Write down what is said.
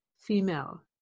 female